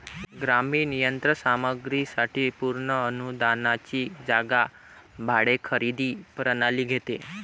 ग्रामीण यंत्र सामग्री साठी पूर्ण अनुदानाची जागा भाडे खरेदी प्रणाली घेते